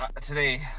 Today